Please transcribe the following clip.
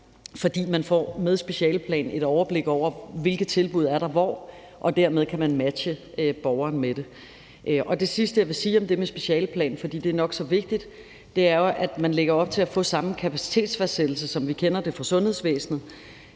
fordi man med specialeplanen får et overblik over, hvilke tilbud der er hvor, og dermed kan man matche borgeren med det. Det sidste, jeg vil sige om det med specialeplan, for det er nok så vigtigt, er, at man jo lægger op til at få samme kapacitetsfastsættelse, som vi kender det fra sundhedsvæsenet.